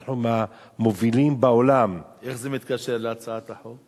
אנחנו מהמובילים בעולם, איך זה מתקשר להצעת החוק?